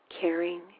caring